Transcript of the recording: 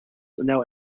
know